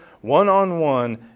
one-on-one